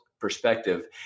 perspective